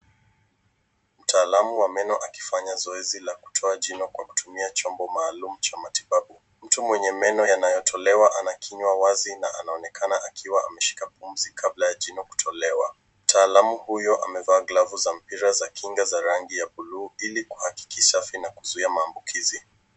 Mtaalam wa maneno akifanya zoezi la kutoa jino kwa kutumia chombo maalum cha matibabu. Mtu mwenye meno yanayotolewa aka kinywa wazi na anaonekana ameshika pumzi kabla ya jino kutolewa. Mtaalamu huyo amevaa glavu za mpira za kinga za rangi ya bluu ili kuhakikisha usafi na kuzuia maambukizi.